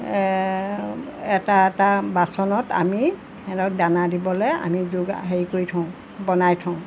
এটা এটা বাচনত আমি সিহঁতক দানা দিবলৈ আমি যোগাৰ হেৰি কৰি থওঁ বনাই থওঁ